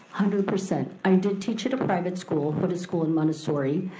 hundred percent. i did teach at a private school, for the school in montessori,